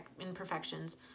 imperfections